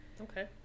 okay